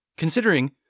Considering